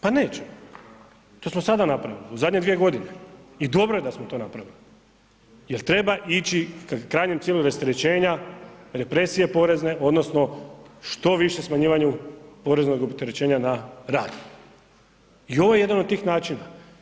Pa neće, to smo sada napravili u zadnje dvije godine i dobro je da smo to napravili jer treba ići krajnjem cilju rasterećenja represije porezne odnosno što više smanjivanju poreznog opterećenja na rad i ovo je jedan od tih načina.